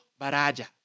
Baraja